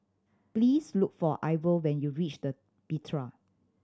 please look for Ivor when you reach the Bitraa